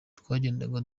twagendaga